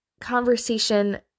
conversation